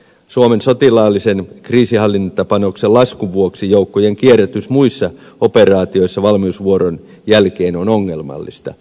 suomen sotilaallisen kriisinhallintapanoksen laskun vuoksi joukkojen kierrätys muissa operaatioissa valmiusvuoron jälkeen on ongelmallista